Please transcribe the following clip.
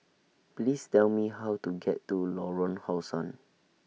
Please Tell Me How to get to Lorong How Sun